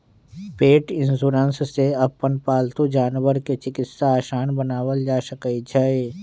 पेट insurance से अपन पालतू जानवर के चिकित्सा आसान बनावल जा सका हई